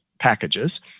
packages